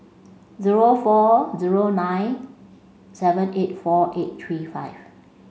zero four zero nine seven eight four eight three five